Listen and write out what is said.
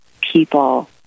people